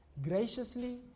Graciously